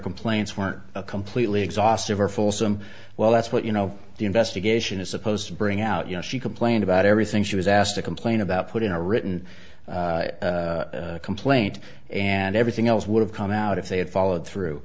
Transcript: complaints weren't completely exhaustive or folsom well that's what you know the investigation is supposed to bring out you know she complained about everything she was asked to complain about put in a written complaint and everything else would have come out if they had followed through